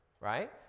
right